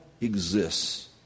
exists